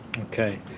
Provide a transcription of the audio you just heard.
Okay